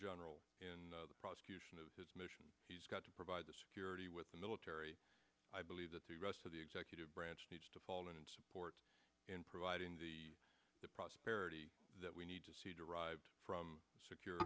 general in the prosecution of his mission he's got to provide the security with the military i believe that the rest of the executive branch needs to fall in and support in providing the prosperity that we need derived from secure